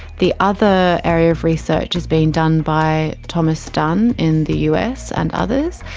the other area of research is being done by thomas dunn in the us, and others,